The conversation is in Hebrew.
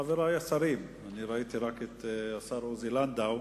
חברי השרים, אני ראיתי רק את השר עוזי לנדאו,